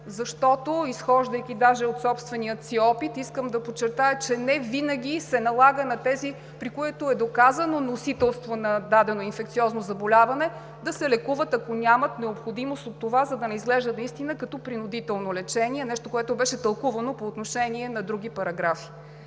защото, изхождайки даже от собствения си опит, искам да подчертая, че не винаги се налага на тези, при които е доказано носителство на дадено инфекциозно заболяване, да се лекуват, ако нямат необходимост от това, за да не изглежда като принудително лечение. Нещо, което беше тълкувано по отношение на други параграфи.